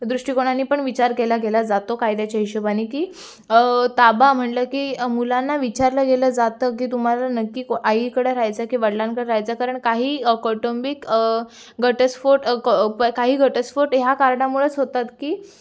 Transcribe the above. दृष्टिकोनाने पण विचार केला गेला जातो कायद्याच्या हिशोबाने की ताबा म्हटलं की मुलांना विचारलं गेलं जातं की तुम्हाला नक्की को आईकडं राहायचं की वडिलांकडं राहायचं कारण काही कौटुंबिक घटस्फोट क काही घटस्फोट ह्या कारणामुळेच होतात की